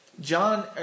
John